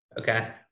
Okay